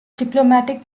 diplomatic